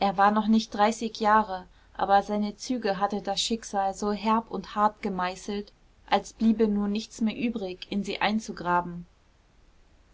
er war noch nicht dreißig jahre aber seine züge hatte das schicksal so herb und hart gemeißelt als bliebe nun nichts mehr übrig in sie einzugraben